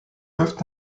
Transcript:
peuvent